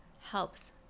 helps